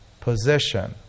position